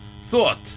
thought